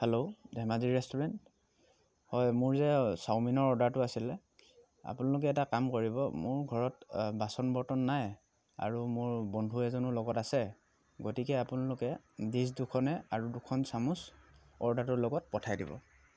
hello Dhemaji restaurant হয় মোৰ যে চাওমিনৰ অৰ্ডাৰটো আছিলে আপোনালোকে এটা কাম কৰিব মোৰ ঘৰত বাচন বৰ্তন নাই আৰু মোৰ বন্ধু এজনৰ লগত আছে গতিকে আপোনালোকে ডিছ দুখনে আৰু দুখন চামুচ অৰ্ডাৰটোৰ লগত পঠাই দিব